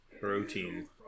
Protein